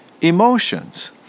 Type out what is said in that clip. emotions